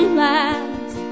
last